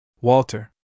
Walter